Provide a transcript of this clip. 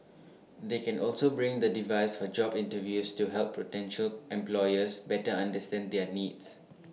they can also bring the device for job interviews to help potential employers better understand their needs